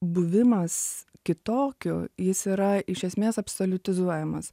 buvimas kitokiu jis yra iš esmės absoliutizuojamas